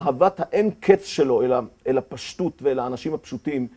אהבת האין קץ שלו אל הפשטות ואל האנשים הפשוטים